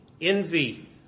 envy